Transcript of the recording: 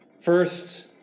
First